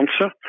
answer